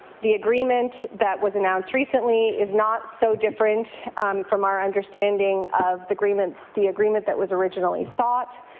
the agreement that was announced recently is not so different from our understanding of the agreement the agreement that was originally sought.